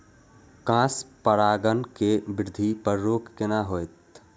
Cross परागण के वृद्धि पर रोक केना होयत?